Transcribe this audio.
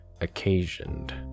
occasioned